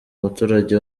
umuturage